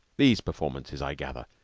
these performances, i gather,